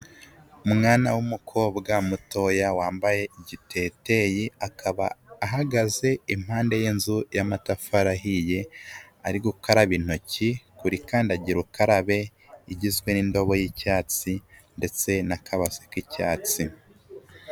Umwana w'umukobwa mutoya, wambaye igiteteyi, akaba ahagaze impande y'inzu y'amatafari ahiye, ari gukaraba intoki kuri kandagira ukarabe igizwe n'indobo y'icyatsi ndetse n'akabase k'icyatsi.